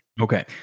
Okay